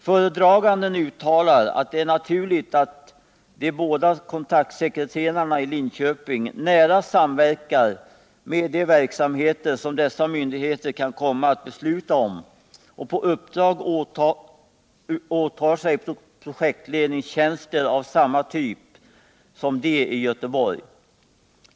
Föredraganden uttalar att det är naturligt att de båda kontaktsekreterarna i Linköping nära samverkar med de verksamheter som dessa myndigheter kan komma att besluta om och på uppdrag åtar sig projektledningstjänster av samma typ som de i Göteborg.